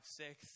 six